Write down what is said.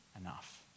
enough